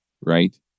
right